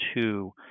two